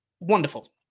wonderful